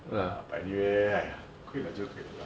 but anyway !aiya! quit 了就 quit 了 lah